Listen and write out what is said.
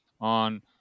on